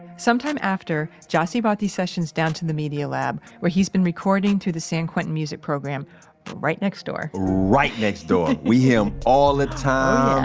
sometime after, jassy brought these sessions down to the media lab where he's been recording through the san quentin music program right next door right next door. we hear him all the time,